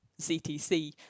CTC